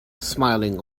smiling